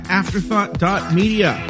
afterthought.media